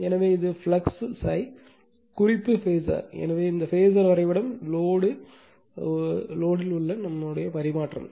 எனவே இது ஃப்ளக்ஸ் ∅ குறிப்பு பேஸர் எனவே இந்த பேஸர் வரைபடம் லோடு உள்ள பரிமாற்றம்